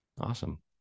Awesome